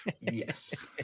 Yes